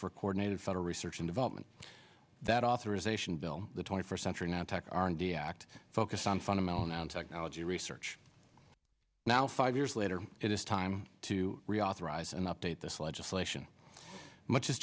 for coordinated federal research and development that authorization bill the twenty first century now tech r and d act focused on fundamental now technology research now five years later it is time to reauthorize and update this legislation much has